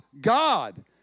God